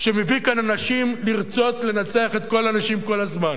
שמביא כאן אנשים לרצות לנצח את כל האנשים כל הזמן,